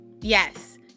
Yes